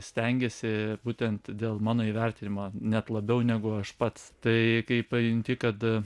stengiasi būtent dėl mano įvertinimo net labiau negu aš pats tai kai pajunti kad